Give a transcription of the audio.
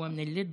הוא במקור מלוד,